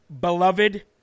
beloved